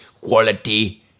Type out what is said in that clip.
Quality